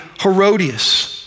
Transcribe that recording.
Herodias